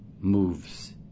moves